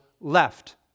left